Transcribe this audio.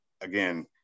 again